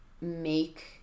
make